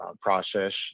process